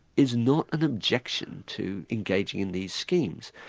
is not an objection to engaging in these schemes.